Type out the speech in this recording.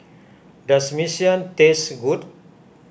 does Mee Siam taste good